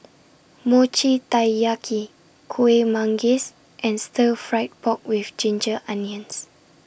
Mochi Taiyaki Kuih Manggis and Stir Fried Pork with Ginger Onions